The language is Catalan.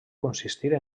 consistir